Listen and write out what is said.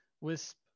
Wisp